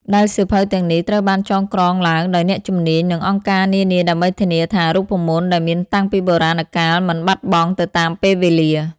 ដែលសៀវភៅទាំងនេះត្រូវបានចងក្រងឡើងដោយអ្នកជំនាញ និងអង្គការនានាដើម្បីធានាថា រូបមន្តដែលមានតាំងពីបុរាណកាលមិនបាត់បង់ទៅតាមពេលវេលា។